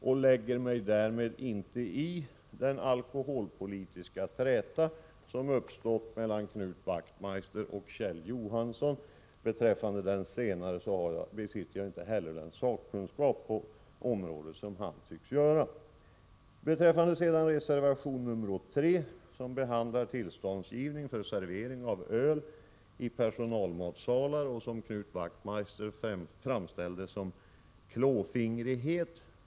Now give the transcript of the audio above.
Jag lägger mig därmed inte i den alkoholpolitiska träta som uppstått mellan Knut Wachtmeister och Kjell Johansson. Beträffande den senare besitter jag inte heller den sakkunskap på området som han tycks ha. Reservation nr 3 behandlar tillståndsgivning för servering av öl i personalmatsalar, som Knut Wachtmeister framställde som ”klåfingrighet”.